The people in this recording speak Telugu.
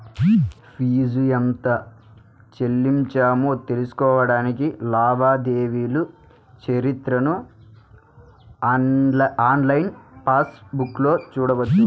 ఫీజు ఎంత చెల్లించామో తెలుసుకోడానికి లావాదేవీల చరిత్రను ఆన్లైన్ పాస్ బుక్లో చూడొచ్చు